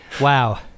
wow